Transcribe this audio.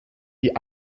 die